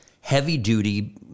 heavy-duty